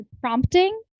prompting